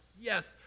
yes